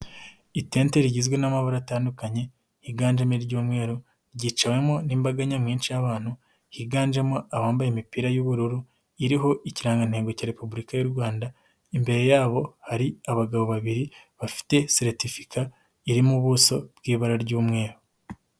Itente igizwe n'amabara atandukanye igandemi ry'umweru ryicawemo n'imbaga nyamwin y'abantu higanjemo abambaye imipira y'ubururu iriho ikirangantego cya Repubulika y'u Rwanda, imbere yabo hari abagabo babiri bafite seritifika irimo ubuso bw'ibara ry'umweru.